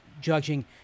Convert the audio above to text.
judging